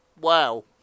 Wow